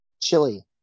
chili